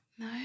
No